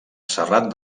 serrat